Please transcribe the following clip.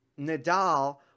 Nadal